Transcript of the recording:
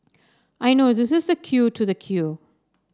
I know this is the queue to the queue